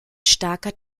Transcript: starker